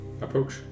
approach